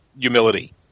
humility